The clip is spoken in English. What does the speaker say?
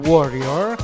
Warrior